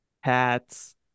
hats